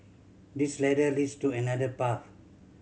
this ladder leads to another path